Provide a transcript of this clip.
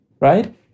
right